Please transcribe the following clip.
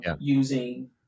using